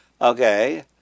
Okay